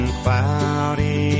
cloudy